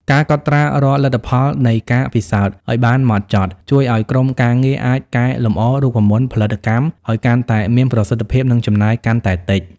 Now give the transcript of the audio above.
ការកត់ត្រារាល់លទ្ធផលនៃការពិសោធន៍ឱ្យបានហ្មត់ចត់ ជួយឱ្យក្រុមការងារអាចកែលម្អរូបមន្តផលិតកម្មឱ្យកាន់តែមានប្រសិទ្ធភាព និងចំណាយកាន់តែតិច។